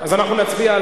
אז אנחנו נצביע.